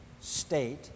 state